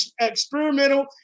experimental